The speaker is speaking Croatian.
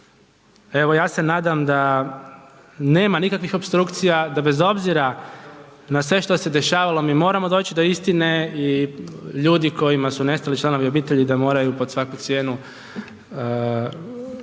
Evo ja se nadam da nema nikakvih opstrukcija, da bez obzira na sve što se dešavalo mi moramo doći do istine i ljudi kojima su nestali članovi obitelji da moraju pod svaku cijenu doći